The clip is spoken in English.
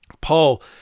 Paul